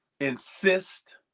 insist